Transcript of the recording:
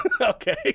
Okay